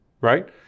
right